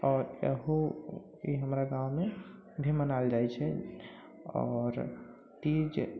आओर अहू ई हमरा गाममे भी मनायल जाइ छै आओर तीज